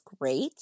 great